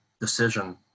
decision